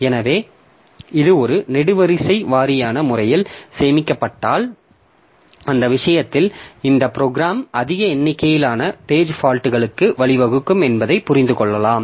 எனவே இது ஒரு நெடுவரிசை வாரியான முறையில் சேமிக்கப்பட்டால் அந்த விஷயத்தில் இந்த ப்ரோக்ராம் அதிக எண்ணிக்கையிலான பேஜ் ஃபால்ட்களுக்கு வழிவகுக்கும் என்பதை புரிந்து கொள்ளலாம்